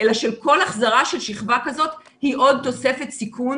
אלא שכל החזרה של שכבה כזאת היא עוד תוספת סיכון